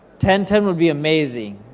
ten ten would be amazing.